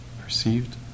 perceived